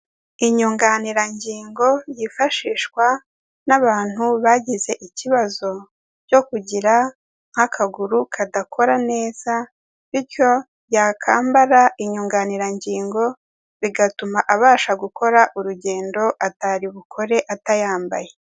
Inyunganirangingo yifashishwa n'abantu bagize ikibazo cyo kugira nk'akaguru kadakora neza, bityo yakambara inyunganirangingo bigatuma abasha gukora urugendo atari bukore atayambaye.